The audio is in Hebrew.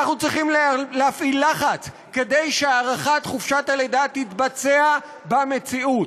אנחנו צריכים להפעיל לחץ כדי שהארכת חופשת הלידה תתבצע במציאות.